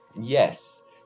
yes